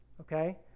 okay